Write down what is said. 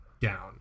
down